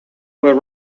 were